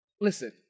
Listen